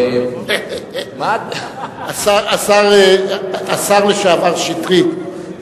השר לשעבר שטרית,